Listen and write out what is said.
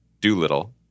Doolittle